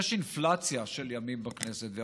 יש אינפלציה של ימים בכנסת,